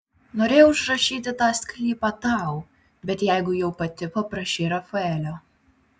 norėjau užrašyti tą sklypą tau bet jeigu jau pati paprašei rafaelio